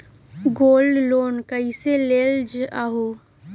Gold loan कईसे लेल जाहु?